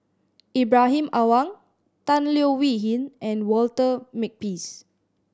Ibrahim Awang Tan Leo Wee Hin and Walter Makepeace